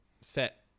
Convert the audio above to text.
set